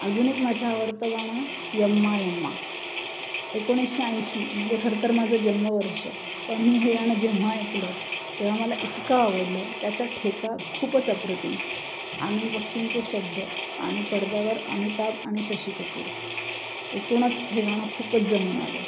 अजून एक माझ्या आवडतं गाणं यम्मा यम्मा एकोणीसशे ऐंशी म्हणजे खरं तर माझं जन्मवर्ष पण मी हे गाणं जेव्हा ऐकलं तेव्हा मला इतकं आवडलं त्याचा ठेका खूपच अप्रतिम आनंद बक्षींचे शब्द आणि पडद्यावर अमिताभ आणि शशी कपूर एकूणच हे गाणं खूपच जमून आलं